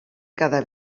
cada